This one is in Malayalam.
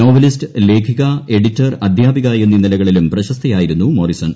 നോവലിസ്റ്റ് ലേഖിക എഡിറ്റർ അദ്ധ്യാപിക എന്നീ നിലകളിലും പ്രശസ്തയായിരുന്നു മോറിസൺ